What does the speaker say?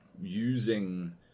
using